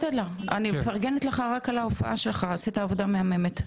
אני מפרגנת לך על ההופעה שלך, עשית עבודה מהממת.